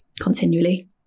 continually